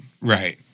Right